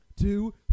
two